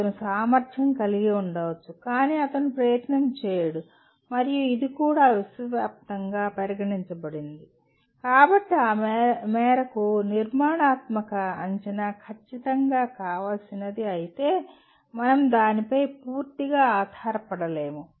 అతను సామర్థ్యం కలిగి ఉండవచ్చు కాని అతను ప్రయత్నం చేయడు మరియు ఇది కూడా విశ్వవ్యాప్తంగా గమనించబడింది కాబట్టి ఆ మేరకు నిర్మాణాత్మక అంచనా ఖచ్చితంగా కావాల్సినది అయితే మనం దానిపై పూర్తిగా ఆధారపడలేము